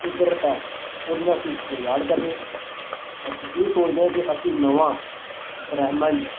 ਕੁਦਰਤ ਹੈ ਉਹਦੇ ਨਾਲ ਅਸੀਂ ਖਿਲਵਾੜ ਕਰ ਰਹੇ ਹਾਂ ਅਸੀਂ ਇਹ ਸੋਚਦੇ ਹਾਂ ਕਿ ਅਸੀਂ ਨਵਾਂ ਬ੍ਰਹਿਮੰਡ